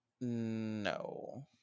No